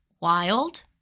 wild